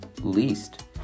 least